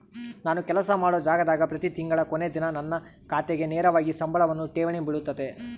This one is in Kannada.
ನಾನು ಕೆಲಸ ಮಾಡೊ ಜಾಗದಾಗ ಪ್ರತಿ ತಿಂಗಳ ಕೊನೆ ದಿನ ನನ್ನ ಖಾತೆಗೆ ನೇರವಾಗಿ ಸಂಬಳವನ್ನು ಠೇವಣಿ ಬಿಳುತತೆ